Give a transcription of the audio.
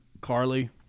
Carly